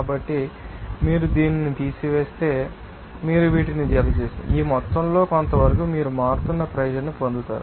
కాబట్టి మీరు దీనిని తీసివేస్తే మీరు వీటిని జతచేస్తుంటే ఈ మొత్తంలో కొంతవరకు మీరు మారుతున్న ప్రెషర్ ని పొందుతారు